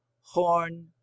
horn